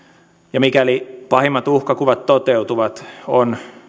ja mikäli pahimmat uhkakuvat toteutuvat on